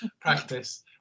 practice